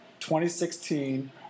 2016